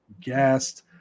gassed